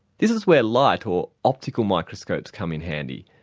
this is where light or optical microscopes come in handy.